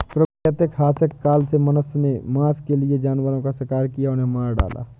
प्रागैतिहासिक काल से मनुष्य ने मांस के लिए जानवरों का शिकार किया, उन्हें मार डाला